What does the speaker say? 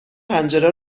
پنجره